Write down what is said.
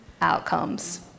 outcomes